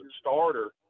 starter